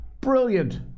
Brilliant